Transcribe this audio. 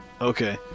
Okay